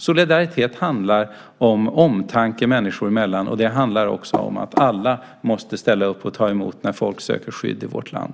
Solidaritet handlar, som sagt, om omtanke människor emellan och om att alla måste ställa upp och ta emot när folk söker skydd i vårt land.